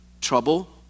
trouble